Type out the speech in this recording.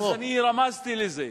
אז אני רמזתי לזה.